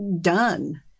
done